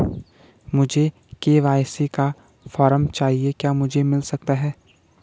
मुझे के.वाई.सी का फॉर्म चाहिए क्या मुझे मिल सकता है?